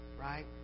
right